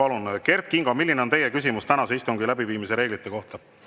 Palun, Kert Kingo, milline on teie küsimus tänase istungi läbiviimise reeglite kohta?